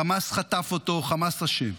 חמאס חטף אותו, חמאס אשם.